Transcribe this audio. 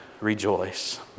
rejoice